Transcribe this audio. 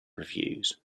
reviews